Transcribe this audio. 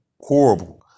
horrible